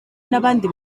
n’abandi